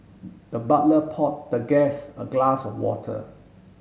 the butler poured the guest a glass of water